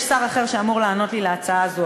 יש שר אחר שאמור לענות לי על ההצעה הזאת,